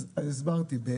הסברתי,